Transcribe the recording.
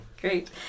Great